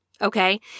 Okay